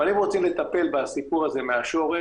אבל אם רוצים לטפל בסיפור הזה מהשורש,